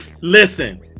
listen